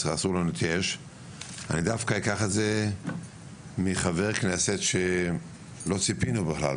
אני דווקא אקח את זה מחבר כנסת, שלא ציפינו בכלל.